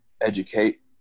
educate